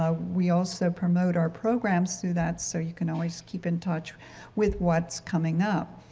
ah we also promote our programs through that so you can always keep in touch with what's coming up.